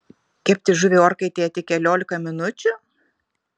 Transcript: kepti žuvį orkaitėje tik keliolika minučių